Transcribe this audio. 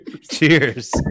Cheers